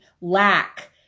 lack